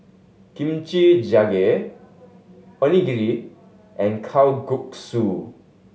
Kimchi Jjigae Onigiri and Kalguksu